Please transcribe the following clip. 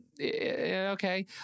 okay